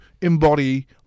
embody